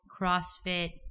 CrossFit